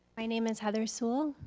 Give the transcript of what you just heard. my name is heather sewell,